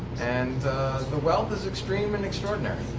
and the wealth is extreme and extraordinary.